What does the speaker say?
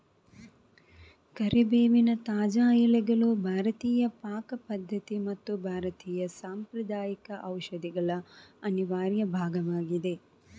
ಕರಿಬೇವಿನ ತಾಜಾ ಎಲೆಗಳು ಭಾರತೀಯ ಪಾಕ ಪದ್ಧತಿ ಮತ್ತು ಭಾರತೀಯ ಸಾಂಪ್ರದಾಯಿಕ ಔಷಧಿಗಳ ಅನಿವಾರ್ಯ ಭಾಗವಾಗಿದೆ